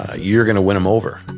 ah you're going to win em over.